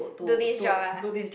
do this job ah